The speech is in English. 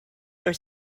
are